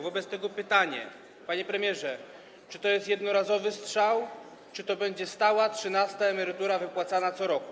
Wobec tego pytanie, panie premierze: Czy to jest jednorazowy strzał, czy to będzie stała trzynasta emerytura wypłacana co roku?